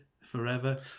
forever